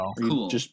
cool